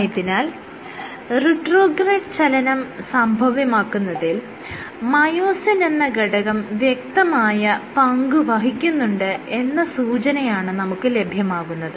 ആയതിനാൽ റിട്രോഗ്രേഡ് ചലനം സംഭവ്യമാക്കുന്നതിൽ മയോസിൻ എന്ന ഘടകം വ്യക്തമായ പങ്ക് വഹിക്കുന്നുണ്ട് എന്ന സൂചനയാണ് നമുക്ക് ലഭ്യമാകുന്നത്